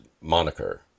moniker